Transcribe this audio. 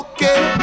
Okay